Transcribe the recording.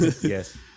Yes